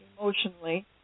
Emotionally